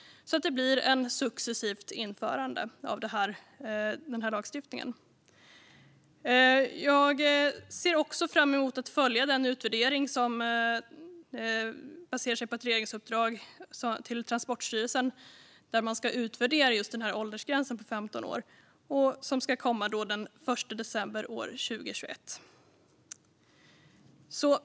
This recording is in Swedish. Det blir alltså ett successivt införande av lagstiftningen. Jag ser också fram emot att följa den utvärdering som baserar sig på ett regeringsuppdrag till Transportstyrelsen, där man ska utvärdera just åldersgränsen på 15 år. Detta ska komma den 1 december 2021.